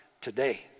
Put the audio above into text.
today